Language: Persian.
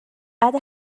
بعد